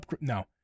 No